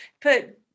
put